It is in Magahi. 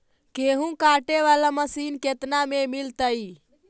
गेहूं काटे बाला मशीन केतना में मिल जइतै?